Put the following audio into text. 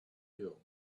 you